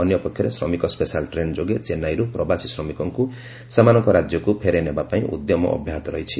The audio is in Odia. ଅନ୍ୟପକ୍ଷରେ ଶ୍ରମିକ ସେଶାଲ୍ ଟ୍ରେନ୍ ଯୋଗେ ଚେନ୍ନାଇରୁ ପ୍ରବାସୀ ଶ୍ରମିକଙ୍କୁ ସେମାନଙ୍କ ରାଜ୍ୟକୁ ଫେରାଇନେବା ପାଇଁ ଉଦ୍ୟମ ଅବ୍ୟାହତ ରହିଛି